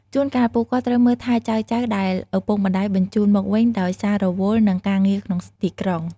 ជួនកាល ពួកគាត់ត្រូវមើលថែចៅៗដែលឪពុកម្ដាយបញ្ជូនមកវិញដោយសាររវល់នឹងការងារក្នុងទីក្រុង។